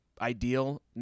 ideal